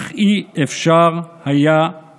אך לא היה אפשר להקל.